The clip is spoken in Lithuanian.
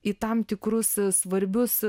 į tam tikrus svarbius